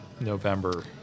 November